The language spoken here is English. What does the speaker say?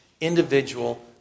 individual